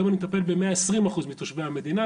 היום אני מטפל ב-120% מתושבי המדינה,